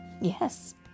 Yes